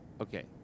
Okay